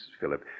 Philip